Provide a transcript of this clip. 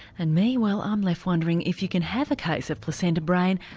and me, well i'm left wondering if you can have a case of placenta brain,